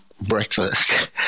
breakfast